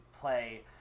play